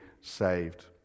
saved